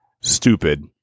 stupid